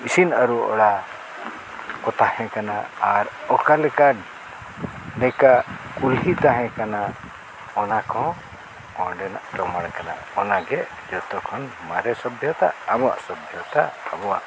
ᱤᱥᱤᱱ ᱟᱨᱚ ᱚᱲᱟᱜ ᱠᱚ ᱛᱟᱦᱮᱸ ᱠᱟᱱᱟ ᱟᱨ ᱚᱠᱟᱞᱮᱠᱟ ᱞᱮᱠᱟ ᱠᱩᱞᱦᱤ ᱛᱟᱦᱮᱸ ᱠᱟᱱᱟ ᱚᱱᱟ ᱠᱚᱦᱚᱸ ᱚᱸᱰᱮᱱᱟᱜ ᱯᱨᱚᱢᱟᱱ ᱠᱟᱱᱟ ᱚᱱᱟᱜᱮ ᱡᱷᱚᱛᱚ ᱠᱷᱚᱱ ᱢᱟᱨᱮ ᱥᱚᱵᱽᱵᱷᱚᱛᱟ ᱟᱵᱚᱣᱟᱜ ᱥᱚᱵᱽᱵᱷᱚᱛᱟ ᱟᱵᱚᱣᱟᱜ